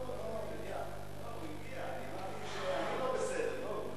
לא, רק שאני לא בסדר.